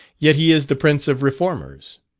yet he is the prince of reformers.